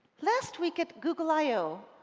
last week at google i o,